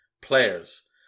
Players